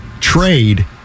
trade